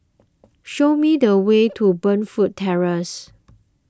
show me the way to Burnfoot Terrace